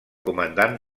comandant